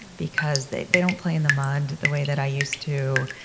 because they they don't play in the mud the way that i used to.